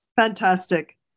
Fantastic